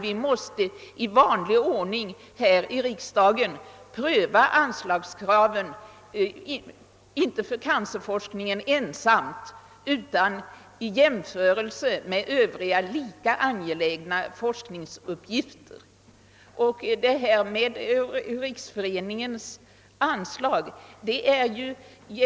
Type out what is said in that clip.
Vi måste i vanlig ordning här i riksdagen pröva anslagskraven inte för cancerforskningen ensam utan i jämförelse med övriga lika angelägna forskningsuppgifter.